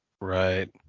right